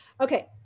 okay